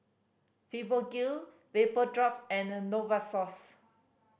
Fibogel Vapodrops and Novosource